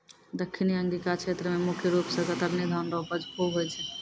दक्खिनी अंगिका क्षेत्र मे मुख रूप से कतरनी धान रो उपज खूब होय छै